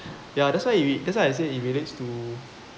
ya that's why he that's why I say it relates to